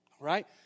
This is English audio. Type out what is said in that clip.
right